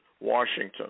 Washington